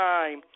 Time